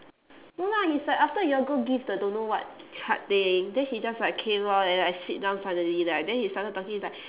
no lah he's like after you all go give the don't know what card thing then he just like came lor then I sit down suddenly like then he started talking he's like